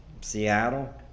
Seattle